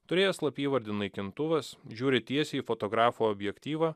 turėjęs slapyvardį naikintuvas žiūri tiesiai į fotografo objektyvą